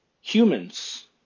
humans